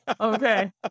okay